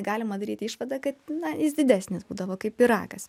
galima daryti išvadą kad na jis didesnis būdavo kaip pyragas